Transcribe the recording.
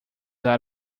out